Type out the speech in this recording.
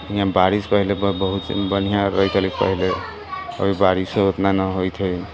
हियाँ बारिश पहिले बहुत बनिहा होइ छलै पहिले अभी बारिशो ओतना नहि होइत हइ